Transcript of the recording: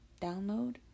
download